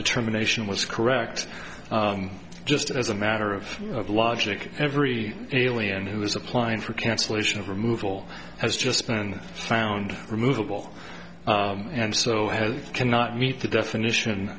determination was correct just as a matter of logic every alien who is applying for cancellation of removal has just been found removable and so cannot meet the definition